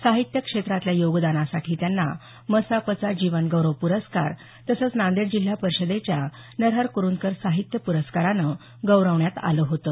साहित्य क्षेत्रातल्या योगदानासाठी त्यांना मसापचा जीवन गौरव प्रस्कार तसंच नांदेड जिल्हा परिषदेच्या नरहर कुरुंदकर साहित्य पुरस्कारानं गौरवण्यात आलं होतं